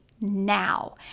now